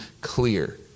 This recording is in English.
clear